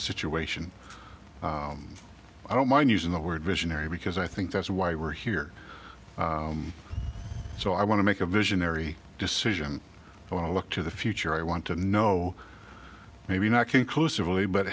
situation i don't mind using the word visionary because i think that's why we're here so i want to make a visionary decision when i look to the future i want to know maybe not conclusively but